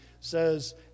says